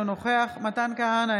אינו נוכח מתן כהנא,